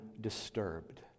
disturbed